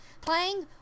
Playing